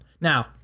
Now